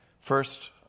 First